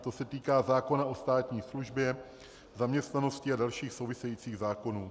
To se týká zákona o státní službě, zaměstnanosti a dalších souvisejících zákonů.